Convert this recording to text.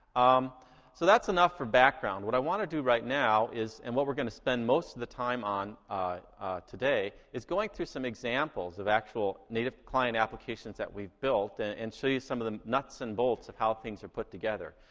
um so that's enough for background. what i want to do right now and what we're gonna spend most of the time on today is going through some examples of actual native client applications that we've built and and show you some of the nuts and bolts of how things are put together.